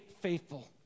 faithful